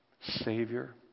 savior